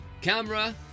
camera